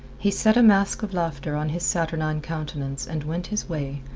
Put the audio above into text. he set a mask of laughter on his saturnine countenance and went his way,